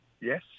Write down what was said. yes